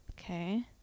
Okay